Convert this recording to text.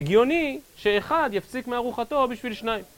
הגיוני שאחד יפסיק מארוחתו בשביל שניים